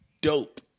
dope